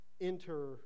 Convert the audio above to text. Enter